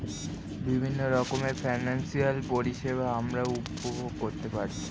বিভিন্ন রকমের ফিনান্সিয়াল পরিষেবা আমরা উপভোগ করতে পারি